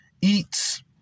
eats